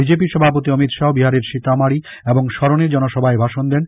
BJP সভাপতি অমিত শাহ বিহারের সীতামারি এবং সরণে জনসভায় ভাষণ দেন